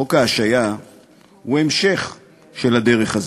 חוק ההשעיה הוא המשך של הדרך הזאת.